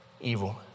evil